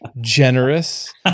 generous